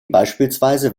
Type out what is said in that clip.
beispielsweise